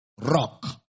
Rock